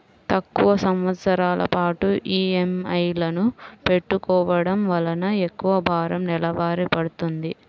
తక్కువ సంవత్సరాల పాటు ఈఎంఐలను పెట్టుకోవడం వలన ఎక్కువ భారం నెలవారీ పడ్తుంది